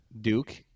Duke